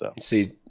See